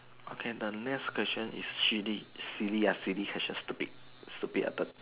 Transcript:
okay the next question is silly silly uh silly question stupid stupid uh turn